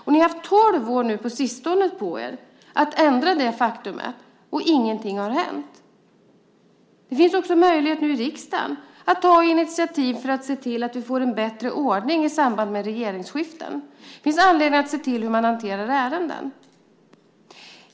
Nu senast hade ni tolv år på er att ändra det faktumet, men ingenting hände. Det finns också möjlighet att i riksdagen ta initiativ till att vi får en bättre ordning i samband med regeringsskiften. Det finns anledning att se på hur man hanterar ärenden.